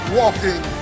walking